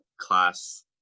class